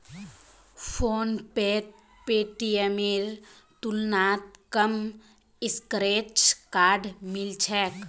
फोनपेत पेटीएमेर तुलनात कम स्क्रैच कार्ड मिल छेक